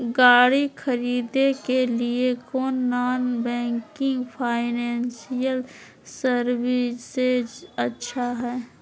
गाड़ी खरीदे के लिए कौन नॉन बैंकिंग फाइनेंशियल सर्विसेज अच्छा है?